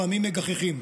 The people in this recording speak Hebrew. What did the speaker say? לפעמים מגחכים.